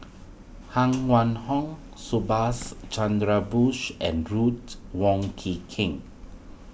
Huang Wenhong Subhas Chandra Bose and Ruth Wong Kii King